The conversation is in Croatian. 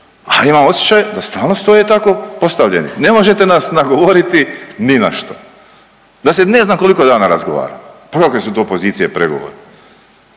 a imam osjećaj da stalno stoje tako postavljeni, ne možete nas nagovoriti ni na što da se ne znam koliko dana razgovara. Pa kakve su to pozicije pregovora?